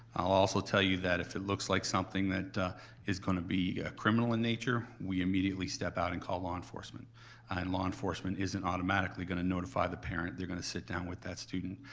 i'll also tell you that if it looks like something that is gonna be criminal in nature, we immediately step out and call law enforcement. and law enforcement isn't automatically gonna notify the parent, they're gonna sit down with that student.